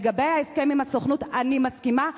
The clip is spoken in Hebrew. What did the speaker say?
לגבי ההסכם עם הסוכנות, אני מסכימה,